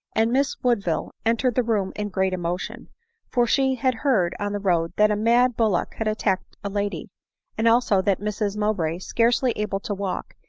and miss woodville entered the room in great emotion for she had heard, on the road, that a mad bullock had attacked a lady and also that mrs mowbray, scarcely able to walk,